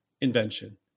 invention